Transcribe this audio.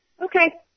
Okay